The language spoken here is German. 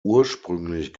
ursprünglich